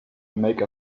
make